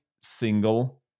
single